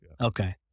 Okay